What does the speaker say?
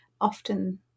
often